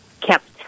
kept